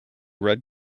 red